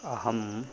अहं